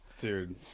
dude